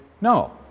No